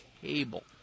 cable